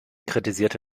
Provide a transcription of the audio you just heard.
kritisierte